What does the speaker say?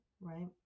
right